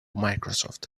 microsoft